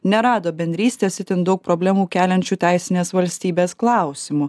nerado bendrystės itin daug problemų keliančių teisinės valstybės klausimų